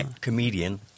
comedian